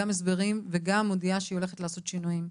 גם הסברים וגם מודיעה שהיא הולכת לעשות שינויים.